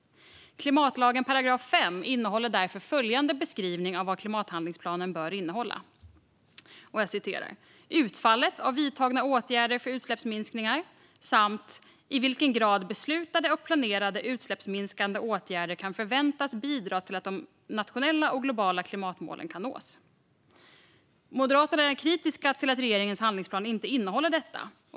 Paragraf 5 i klimatlagen innehåller därför en beskrivning av vad klimathandlingsplanen bör innehålla. Där nämns "utfallet av vidtagna åtgärder för utsläppsminskningar" samt "i vilken grad beslutade och planerade utsläppsminskande åtgärder kan förväntas bidra till att de nationella och globala klimatmålen kan nås". Moderaterna är kritiska till att regeringens handlingsplan inte innehåller detta.